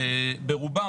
ברובם,